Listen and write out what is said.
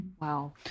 Wow